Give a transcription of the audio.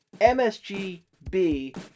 MSGB